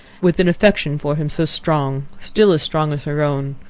with an affection for him so strong, still as strong as her own,